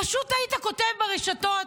פשוט היית כותב ברשתות: